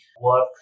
work